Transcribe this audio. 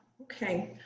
okay